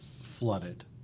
flooded